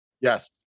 Yes